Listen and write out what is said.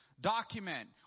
document